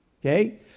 Okay